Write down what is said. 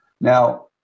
Now